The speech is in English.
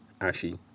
ashy